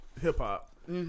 hip-hop